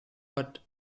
but